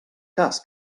cas